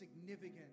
significant